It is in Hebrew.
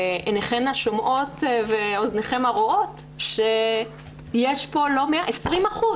עיניכם השומעות ואוזניכן הרואות שיש פה 20%,